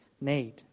need